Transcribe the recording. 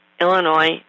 Illinois